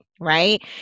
right